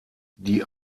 die